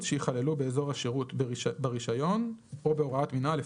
שייכללו באזור השירות ברישיון או בהוראת מינהל,